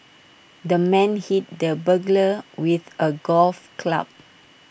the man hit the burglar with A golf club